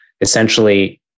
essentially